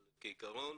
אבל כעקרון,